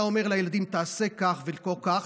אתה אומר לילדים: תעשה כך ולא כך,